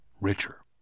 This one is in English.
richer